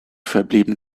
verblieben